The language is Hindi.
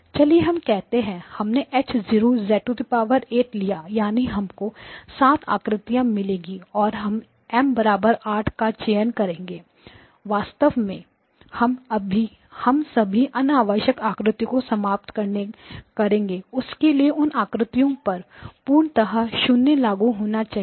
चलिए हम कहते हैं कि हमने H 0 लिया यानी हमको सात आकृतियां मिलेगी और हम M 8 का चयन करेंगे वास्तव में हम सभी अनावश्यक आकृतियों को समाप्त करेंगे उसके लिए उन आकृतियों पर पूर्ण तह 0 लागू होना चाहिए